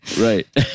right